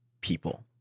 people